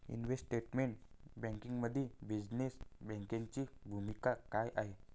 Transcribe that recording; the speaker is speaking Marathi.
इन्व्हेस्टमेंट बँकिंगमध्ये बिझनेस बँकिंगची भूमिका काय आहे?